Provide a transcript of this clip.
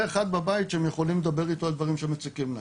אחד בבית שהם יכולים לדבר איתו על דברים שמציקים להם.